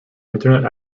internet